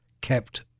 kept